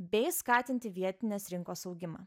bei skatinti vietinės rinkos augimą